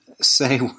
say